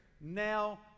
now